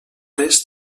res